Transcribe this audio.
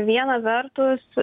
viena vertus